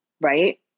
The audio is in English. right